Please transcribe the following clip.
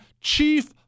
chief